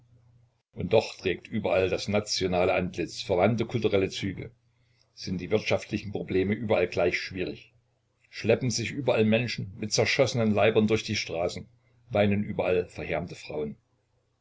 und doch trägt überall das nationale antlitz verwandte kulturelle züge sind die wirtschaftlichen probleme überall gleich schwierig schleppen sich überall menschen mit zerschossenen leibern durch die straßen weinen überall verhärmte frauen